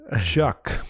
chuck